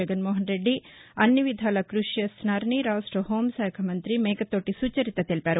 జగన్మోహన్ రెద్ది అన్ని విధాలా కృషి చేస్తున్నారని రాష్ట హోం శాఖ మంతి మేకతోటి సుచరిత తెలిపారు